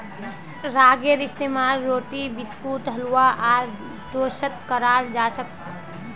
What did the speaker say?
रागीर इस्तेमाल रोटी बिस्कुट हलवा आर डोसात कराल जाछेक